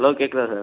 hello கேட்குதா sir